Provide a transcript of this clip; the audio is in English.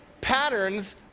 patterns